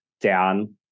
down